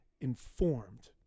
informed